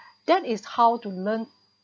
that is how to learn